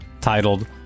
titled